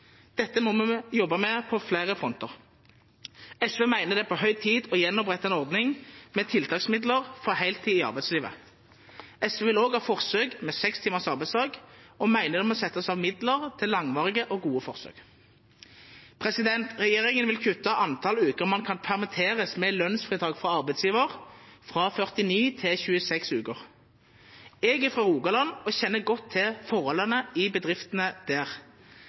Dette må vi jobbe med på flere fronter. SV mener det er på høy tid å gjenopprette en ordning med tiltaksmidler for heltid i arbeidslivet. SV vil også ha forsøk med seks timers arbeidsdag, og mener det må settes av midler til langvarige og gode forsøk. Regjeringen vil kutte antall uker man kan permitteres med lønnsfritak for arbeidsiver, fra 49 til 26 uker. Jeg er fra Rogaland og kjenner godt til forholdene i bedriftene der.